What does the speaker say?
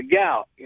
gout